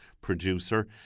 producer